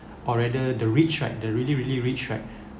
or rather the rich right the really really rich right